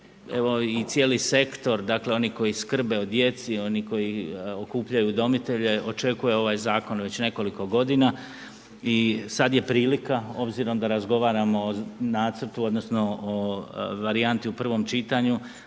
cijeli sektor oni koji skrbe o djeci, oni koji okupljaju udomitelje, očekuju ovaj zakon već nekoliko godina i sada je prilika s obzirom da razgovaramo o nacrtu odnosno o varijanti u prvom čitanju